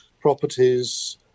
properties